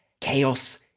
chaos